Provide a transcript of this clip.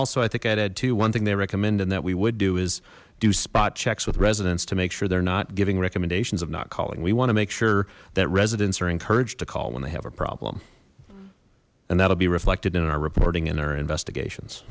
also i think i'd add to one thing they recommend and that we would do is do spot checks with residents to make sure they're not giving recommendations of not calling we want to make sure that residents are encouraged to call when they have a problem and that'll be reflected in our reporting in our investigations